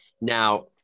Now